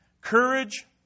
courage